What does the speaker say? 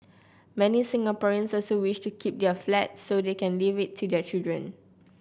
many Singaporeans also wish to keep their flat so they can leave it to their children